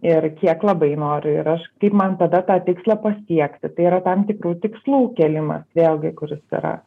ir kiek labai noriu ir aš kaip man tada tą tikslą pasiekti tai yra tam tikrų tikslų kėlimas vėlgi kur jis yra